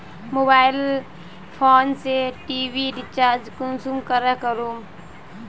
Mobile phone से TV recharge कुंसम करे करूम?